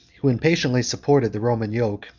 who impatiently supported the roman yoke,